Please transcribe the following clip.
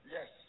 Yes